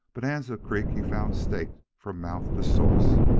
bonanza creek he found staked from mouth to source,